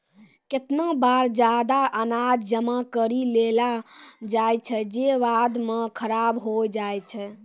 केतना बार जादा अनाज जमा करि लेलो जाय छै जे बाद म खराब होय जाय छै